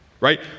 right